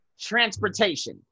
transportation